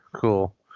cool